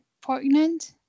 Pregnant